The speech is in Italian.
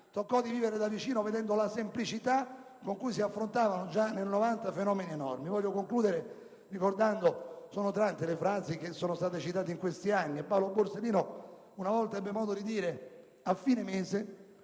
toccò di vivere da vicino e la semplicità con cui si affrontavano già nel 1990 fenomeni enormi. Voglio concludere ricordando una delle tante le frasi che sono state citate in questi anni e che Paolo Borsellino una volta ebbe modo di pronunciare: a fine mese,